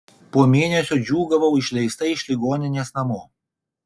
po mėnesio džiūgavau išleista iš ligoninės namo